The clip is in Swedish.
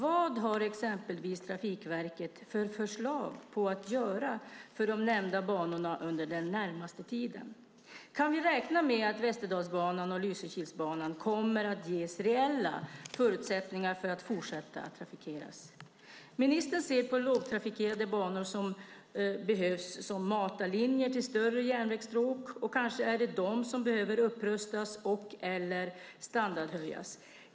Vad har exempelvis Trafikverket för förslag för de nämnda banorna under den närmaste tiden? Kan vi räkna med att Västerdalsbanan och Lysekilsbanan kommer att ges reella förutsättningar att fortsätta trafikeras? Ministern ser att lågtrafikerade banor kan behövas som matarlinjer till större järnvägsstråk, och kanske är det de som behöver upprustas och standardhöjas.